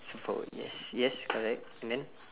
superpower yes yes correct and then